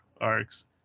arcs